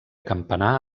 campanar